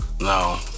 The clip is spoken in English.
No